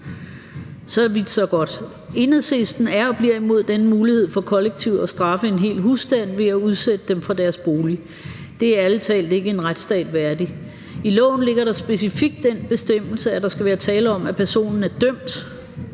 Enhedslisten er og bliver imod denne mulighed for kollektivt at straffe en hel husstand ved at udsætte den fra sin bolig. Det er ærlig talt ikke en retsstat værdigt. I loven er der specifikt den bestemmelse, at der skal være tale om, at personen er dømt